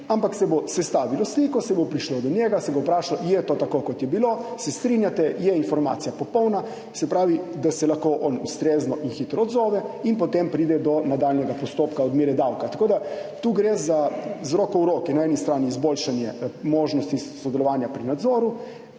ampak se bo sestavilo sliko, se bo prišlo do njega, se bo vprašalo, je to tako, kot je bilo, se strinjate, je informacija popolna, se pravi, da se lahko on ustrezno in hitro odzove in potem pride do nadaljnjega postopka odmere davka. Tu gre z roko v roki, na eni strani izboljšanje možnosti sodelovanja pri nadzoru,